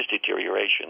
deterioration